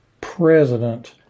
president